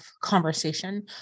conversation